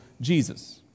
Jesus